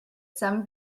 some